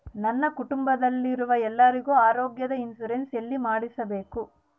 ನನ್ನ ಕುಟುಂಬದಲ್ಲಿರುವ ಎಲ್ಲರಿಗೂ ಆರೋಗ್ಯದ ಇನ್ಶೂರೆನ್ಸ್ ಎಲ್ಲಿ ಮಾಡಿಸಬೇಕು?